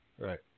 Right